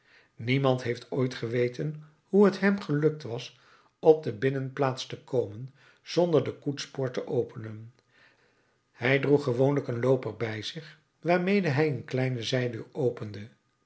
niemand heeft ooit geweten hoe het hem gelukt was op de binnenplaats te komen zonder de koetspoort te openen hij droeg gewoonlijk een looper bij zich waarmede hij eene kleine zijdeur opende